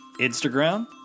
Instagram